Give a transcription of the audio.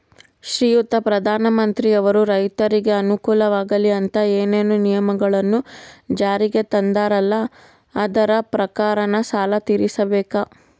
ಶ್ರೀಯುತ ಪ್ರಧಾನಮಂತ್ರಿಯವರು ರೈತರಿಗೆ ಅನುಕೂಲವಾಗಲಿ ಅಂತ ಏನೇನು ನಿಯಮಗಳನ್ನು ಜಾರಿಗೆ ತಂದಾರಲ್ಲ ಅದರ ಪ್ರಕಾರನ ಸಾಲ ತೀರಿಸಬೇಕಾ?